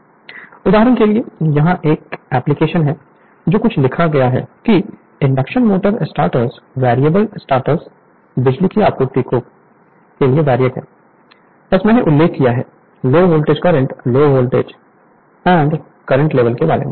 Refer Slide Time 1801 उदाहरण के लिए यहां एक एप्लिकेशन है जहां कुछ लिखा गया है कि induction motor starters variable voltage बिजली की आपूर्ति जो कि VARIAC है बस मैंने उल्लेख किया है low voltage current low voltage और करंट लेवल के बारे में